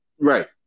Right